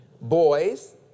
Boys